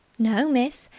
no, miss.